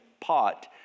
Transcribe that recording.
pot